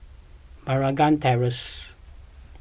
Meragi Terrace